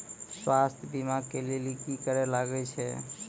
स्वास्थ्य बीमा के लेली की करे लागे छै?